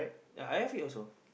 ya I have it also